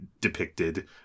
depicted